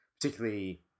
particularly